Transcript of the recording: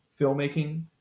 filmmaking